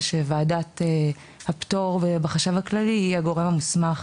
ושוועדת הפטור בחשב הכללי היא הגורם המוסמך